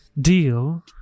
Deal